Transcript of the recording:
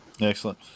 excellent